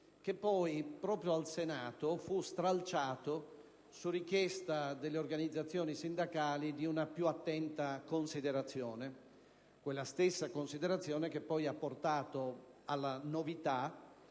che poi, proprio al Senato, fu stralciato su richiesta delle organizzazioni sindacali di una più attenta considerazione; quella stessa considerazione che poi ha portato alla novità,